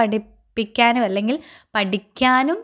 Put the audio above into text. പഠിപ്പിക്കാനുവല്ലെങ്കിൽ പഠിക്കാനും